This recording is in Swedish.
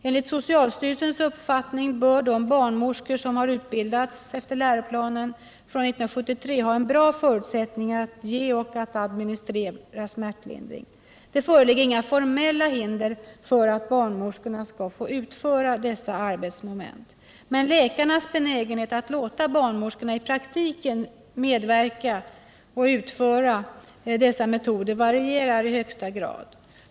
Enligt socialstyrelsens uppfattning bör de barnmorskor som utbildats efter läroplanen från 1973 ha bra förutsättningar att ge och administrera smärtlindring. Det föreligger inga formella hinder för att barnmorskan skall få utföra dessa arbetsmoment. Men läkarnas benägenhet att låta barnmorskorna i praktiken utföra och medverka i dessa metoder varierar i högsta grad.